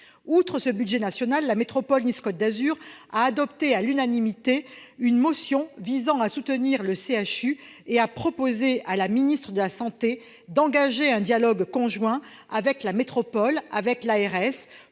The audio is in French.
Outre ce budget national, la métropole Nice-Côte d'Azur a adopté à l'unanimité une motion visant « à soutenir le CHU et à proposer à la ministre de la santé d'engager un dialogue conjoint avec la métropole et l'agence